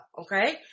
okay